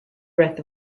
breath